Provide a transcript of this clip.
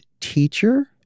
teacher